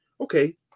Okay